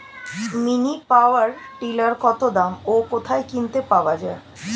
Mini power tiller কত দাম ও কোথায় কিনতে পাওয়া যায়?